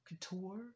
couture